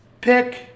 pick